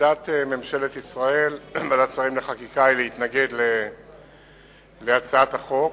עמדת ממשלת ישראל וועדת שרים לחקיקה היא להתנגד להצעת החוק,